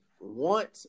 want